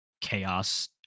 chaos